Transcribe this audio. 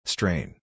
Strain